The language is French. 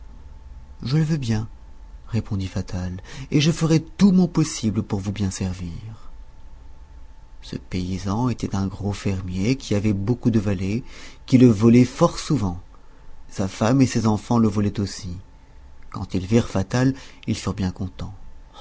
je le veux bien répondit fatal et je ferai tout mon possible pour vous bien servir ce paysan était un gros fermier qui avait beaucoup de valets qui le volaient fort souvent sa femme et ses enfants le volaient aussi quand ils virent fatal ils furent bien contents